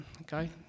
okay